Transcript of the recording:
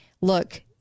look